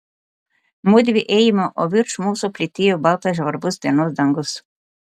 mudvi ėjome o virš mūsų plytėjo baltas žvarbus dienos dangus